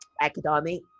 academic